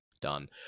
done